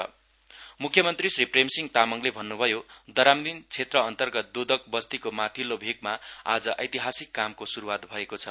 CM मुख्यमन्त्री श्री प्रेमसिंह तामाङले भन्नुभयो दरामदिन क्षेत्र अन्तर्गत दोदक बस्तिको मथिल्लो भेकमा आज एतिहासिक कामको स्रूवात भएको छ